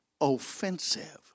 offensive